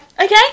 Okay